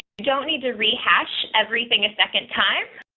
don't need to rehash everything a second time.